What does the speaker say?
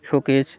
showcase